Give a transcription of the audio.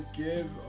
give